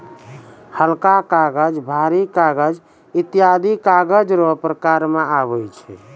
हलका कागज, भारी कागज ईत्यादी कागज रो प्रकार मे आबै छै